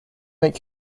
make